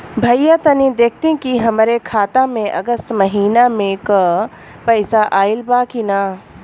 भईया तनि देखती की हमरे खाता मे अगस्त महीना में क पैसा आईल बा की ना?